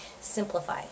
simplify